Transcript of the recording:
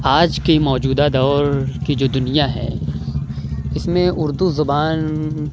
آج کی موجودہ دور کی جو دنیا ہے اس میں اردو زبان